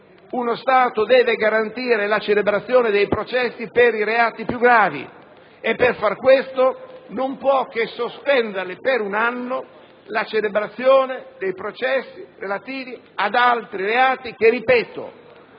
uno Stato debba garantire la celebrazione dei processi per i reati più gravi e, per fare questo, non può che sospendere per un anno la celebrazione dei processi relativi ad altri reati che - ripeto